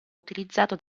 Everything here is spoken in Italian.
utilizzato